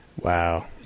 Wow